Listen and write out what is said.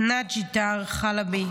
נאג'י טאהר אל-חלבי,